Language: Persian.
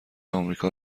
آمریکا